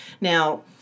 Now